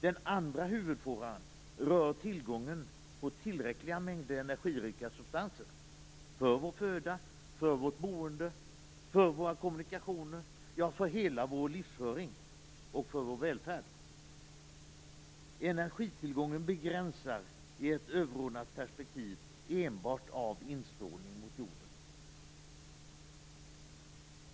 Den andra huvudfåran rör tillgången på tillräckliga mängder energirika substanser för vår föda, för vårt boende, för våra kommunikationer, ja, för hela vår livsföring och för vår välfärd. Energitillgången begränsas i ett överordnat perspektiv enbart av instrålningen mot jorden.